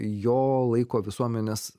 jo laiko visuomenės